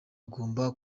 agomba